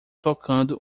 tocando